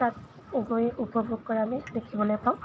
তাত উপভোগ কৰা আমি দেখিবলৈ পাওঁ